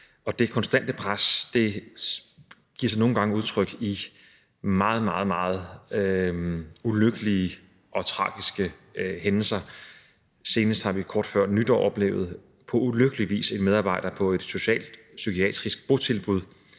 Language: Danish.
og det konstante pres kommer nogle gange til udtryk i meget, meget ulykkelige og tragiske hændelser. Senest har vi jo kort før nytår på ulykkelig vis oplevet, at en medarbejder på et socialpsykiatrisk botilbud